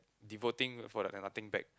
devoting for like nothing back